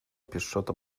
pieszczota